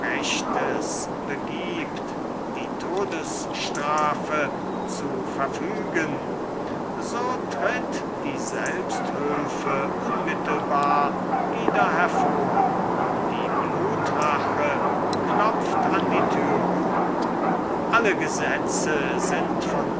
begibt die todesstrafe zu verfügen so tritt die selbsthülfe unmittelbar wieder hervor die blutrache klopft an die türe alle gesetze sind von